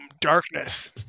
darkness